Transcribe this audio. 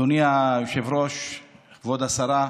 אדוני היושב-ראש, כבוד השרה,